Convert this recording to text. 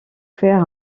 faire